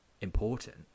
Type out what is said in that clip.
important